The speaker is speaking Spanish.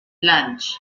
lange